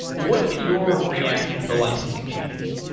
what's been your reaction to the licensing changes?